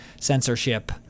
censorship